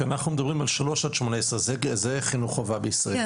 אנחנו מדברים על גיל 3 עד 18. זה חינוך חובה בישראל.